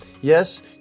Yes